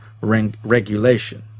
regulation